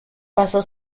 pasó